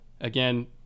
again